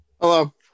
Hello